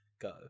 go